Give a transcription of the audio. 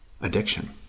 addiction